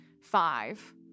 Five